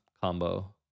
combo